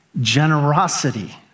generosity